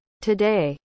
Today